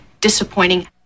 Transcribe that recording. disappointing